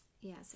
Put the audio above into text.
Yes